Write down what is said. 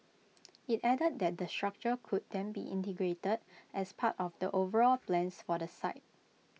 IT added that the structure could then be integrated as part of the overall plans for the site